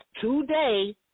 today